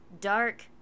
dark